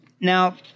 Now